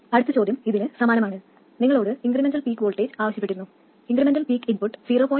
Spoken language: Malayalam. അടുത്ത ചോദ്യം ഇതിന് സമാനമാണ് നിങ്ങളോട് ഇൻക്രിമെന്റൽ പീക്ക് വോൾട്ടേജ് ആവശ്യപ്പെട്ടിരുന്നു ഇൻക്രിമെന്റൽ പീക്ക് ഇൻപുട്ട് 0